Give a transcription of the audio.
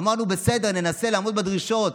אמרנו: בסדר, ננסה לעמוד בדרישות.